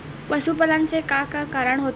पशुपालन से का का कारण होथे?